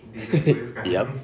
yup